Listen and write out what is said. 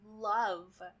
love